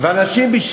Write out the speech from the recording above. אני אומר לך.